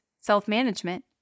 self-management